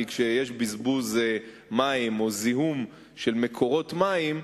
כי כשיש בזבוז מים או זיהום של מקורות מים,